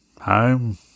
home